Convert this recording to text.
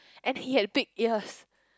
and he had big ears